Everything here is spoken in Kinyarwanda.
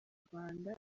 rwanda